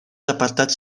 apartats